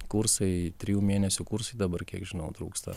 kursai trijų mėnesių kursai dabar kiek žinau trūksta